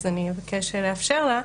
אני אבקש לאפשר לה.